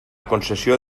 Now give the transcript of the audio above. concessió